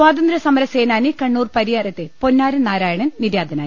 സ്വാതന്ത്രൃ സമരസേനാനി കണ്ണൂർ പരിയാരത്തെ പൊന്നാരൻ നാരാ യണൻ നിര്യാതനായി